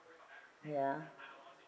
ya